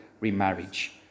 remarriage